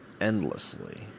endlessly